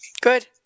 good